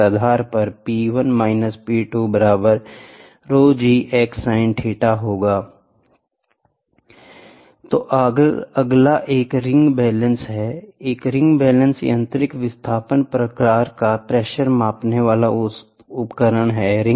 इस आधार पर तो अगला एक रिंग बैलेंस है एक रिंग बैलेंस यांत्रिक विस्थापन प्रकार का प्रेशर मापने वाले उपकरण है